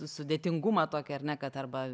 sudėtingumą tokį ar ne kad arba